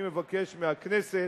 אני מבקש מהכנסת,